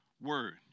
Word